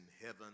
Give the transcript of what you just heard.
heaven